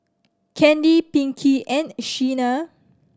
Candy Pinkie and Shena